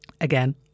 Again